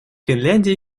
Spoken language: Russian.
финляндия